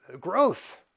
growth